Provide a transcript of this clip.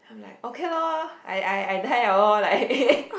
I'm like okay lor I I I die liao lor